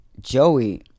Joey